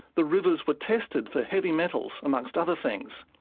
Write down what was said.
the rivers were tested for heavy metals, amongst other things.